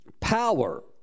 power